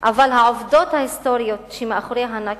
אבל העובדות ההיסטוריות שמאחורי ה"נכבה"